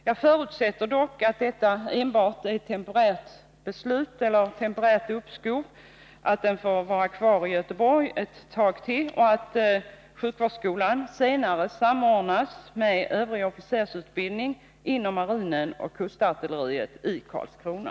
Jag förutsätter dock att detta enbart är ett temporärt uppskov, att sjukvårdsskolan får vara kvar i Göteborg ett tag till och att den senare samordnas med övrig officersutbildning inom marinen och kustartilleriet i Karlskrona.